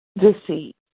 deceit